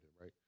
right